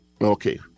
Okay